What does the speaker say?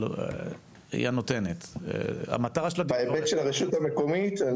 מכנסים דיון,